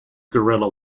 guerrilla